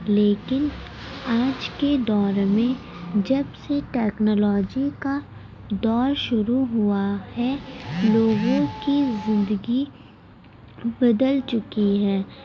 لیکن آج کے دور میں جب سے ٹیکنالوجی کا دور شروع ہوا ہے لوگوں کی زندگی بدل چکی ہے